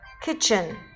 kitchen